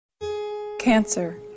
Cancer